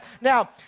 Now